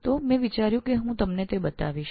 તો મેં એવું વિચાર્યું કે હું આપને તે બતાવીશ